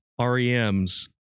REM's